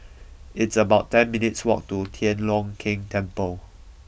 it's about ten minutes' walk to Tian Leong Keng Temple